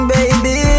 Baby